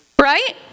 Right